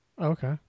Okay